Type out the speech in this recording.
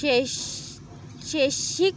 शैक्षिक